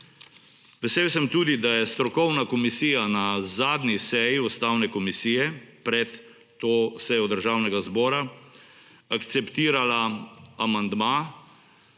Vesel sem tudi, da je strokovna komisija na zadnji seji Ustavne komisije pred to sejo Državnega zbora akceptirala amandma